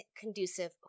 conducive